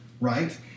right